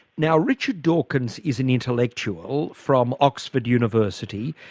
now, richard dawkins is an intellectual from oxford university,